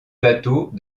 bateaux